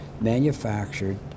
manufactured